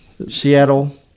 Seattle